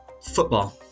Football